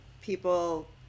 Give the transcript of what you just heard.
people